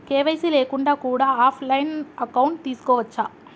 KYC లేకుండా కూడా offline account తీసుకోవచ్చా?